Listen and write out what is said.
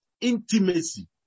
intimacy